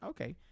Okay